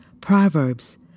Proverbs